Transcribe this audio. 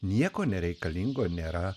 nieko nereikalingo nėra